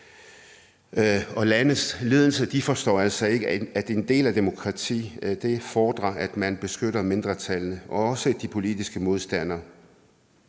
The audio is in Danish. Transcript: og landets ledelse forstår altså ikke, at en del af demokratiet fordrer, at man beskytter mindretallene og også de politiske modstandere.